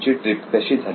तुमची ट्रीप कशी झाली